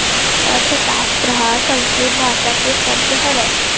अर्थसास्त्र ह संस्कृत भासा के सब्द हरय